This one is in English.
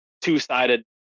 two-sided